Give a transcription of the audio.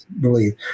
believe